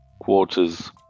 quarters